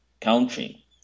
country